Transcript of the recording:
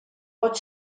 pot